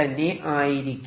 തന്നെ ആയിരിക്കും